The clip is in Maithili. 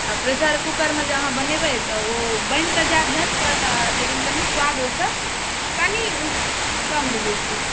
आ प्रेशर कुकर मे जे बनेबै तऽ ओ बनि तऽ जायत झटपट लेकिन स्वाद कनि ओहिसँ कनि कम रहै छै